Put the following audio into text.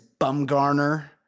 Bumgarner